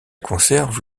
conserve